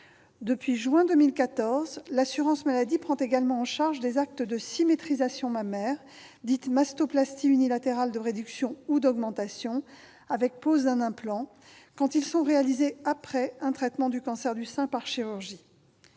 de juin 2014, l'assurance maladie prend également en charge des actes de symétrisation mammaire, dite mastoplastie unilatérale de réduction ou d'augmentation avec pose d'un implant, quand ils sont réalisés après un traitement du cancer du sein par chirurgie.